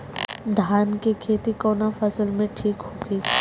धान के खेती कौना मौसम में ठीक होकी?